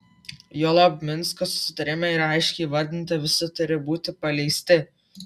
juolab minsko susitarime yra aiškiai įvardinta visi turi būti paleisti